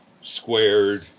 Squared